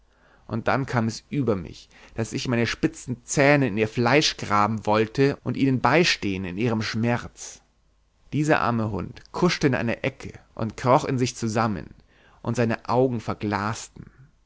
und dann kam es über mich daß ich meine spitzen zähne in ihr fleisch graben wollte und ihnen beistehen in ihrem schmerz dieser arme hund kuschte in die ecke und kroch in sich zusammen und seine augen verglasten